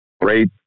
Great